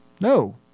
No